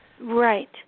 Right